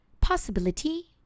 possibility